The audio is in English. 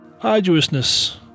Arduousness